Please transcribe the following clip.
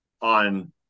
on –